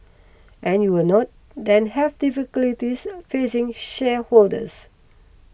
and you will not then have difficulties facing shareholders